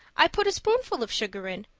i put a spoonful of sugar in.